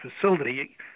facility